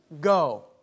go